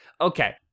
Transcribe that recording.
Okay